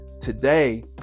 today